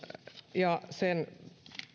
ja sen